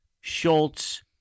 Schultz